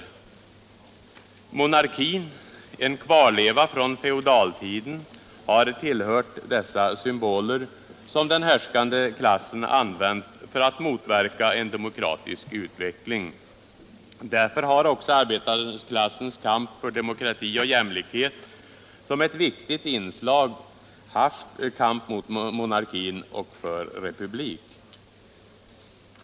Monarkin — en kvarleva från feodaltiden — har tillhört dessa symboler som den härskande klassen använt för att motverka en demokratisk utveckling. Därför har också arbetarklassens kamp för demokrati och jämlikhet som ett viktigt inslag haft kampen mot monarki och för republik.